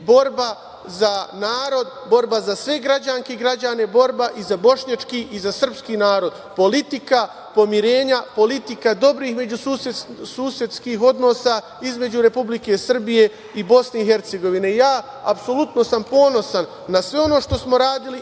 borba za narod, borba za sve građanke i građane, borba i za bošnjački i za srpski narod, politika pomirenja, politika dobrih međususedskih odnosa između Republike Srbije i BiH.Apsolutno sam ponosan na sve ono što smo radili